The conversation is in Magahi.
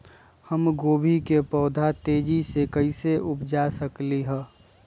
हम गोभी के पौधा तेजी से कैसे उपजा सकली ह?